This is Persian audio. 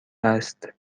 است